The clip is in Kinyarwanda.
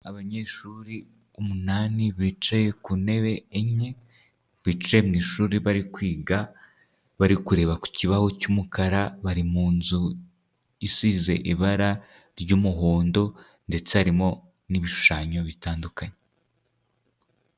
Abanyeshuri umunani bicaye ku ntebe enye, bicaye mu ishuri bari kwiga, bari kureba ku kibaho cy'umukara bari mu nzu isize ibara ry'umuhondo ndetse harimo n'ibishushanyo bitandukanye.